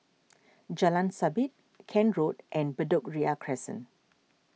Jalan Sabit Kent Road and Bedok Ria Crescent